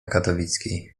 katowickiej